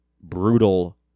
brutal